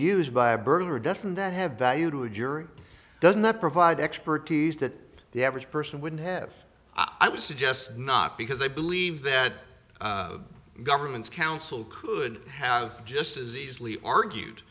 used by a burglar doesn't that have value to a jury doesn't that provide expertise that the average person wouldn't have i would suggest not because i believe that governments counsel could have just as easily argued